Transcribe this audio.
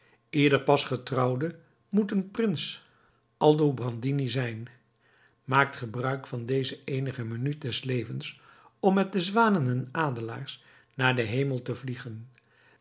ieder pas getrouwde moet een prins aldobrandini zijn maakt gebruik van deze eenige minuut des levens om met de zwanen en adelaars naar den hemel te vliegen